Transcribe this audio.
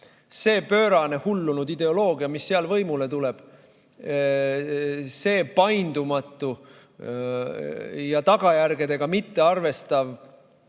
See pöörane, hullunud ideoloogia, mis seal võimule tuleb, see paindumatu ja tagajärgedega mittearvestav